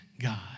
God